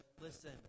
listen